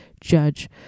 judge